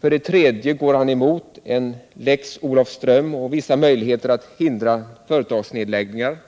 För det tredje går han emot en Lex Olofström och vissa möjligheter att hindra företagsnedläggningar.